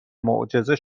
معجزه